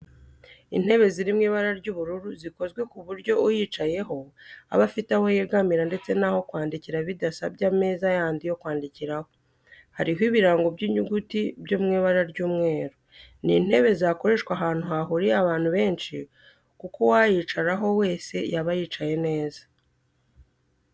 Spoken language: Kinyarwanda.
Intebe ziri mu ibara ry'ubururu zikozwe ku buryo uyicayeho aba afite aho yegamira ndetse n'aho kwandikira bidasabye ameza yandi yo kwandikiraho, hariho ibirango by'inyuguti byo mu ibara ry'umweru. Ni intebe zakoreshwa ahantu hahuriye abantu benshi kuko uwayicaraho wese yaba yicaye neza.